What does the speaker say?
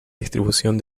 distribución